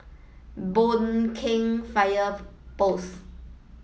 Boon Keng Fire Post